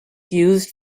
used